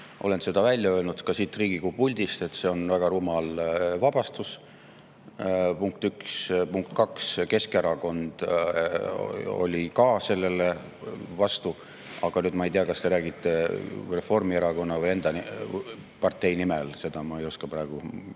Olen seda välja öelnud ka siit Riigikogu puldist, et see on väga rumal vabastus. Punkt üks. Punkt kaks: Keskerakond oli ka sellele vastu. Nüüd ma ei tea, kas te räägite Reformierakonna või enda partei nimel, seda ma ei oska praegu öelda.